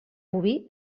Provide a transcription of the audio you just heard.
boví